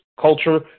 culture